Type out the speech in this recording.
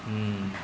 हँ